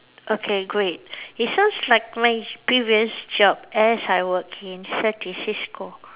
okay great it sounds like my previous job as I work in certis cisco